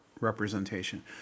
representation